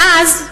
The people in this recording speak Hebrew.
ואז,